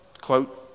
quote